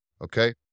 okay